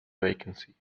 vacancy